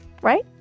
Right